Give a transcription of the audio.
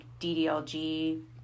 DDLG